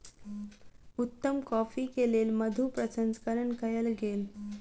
उत्तम कॉफ़ी के लेल मधु प्रसंस्करण कयल गेल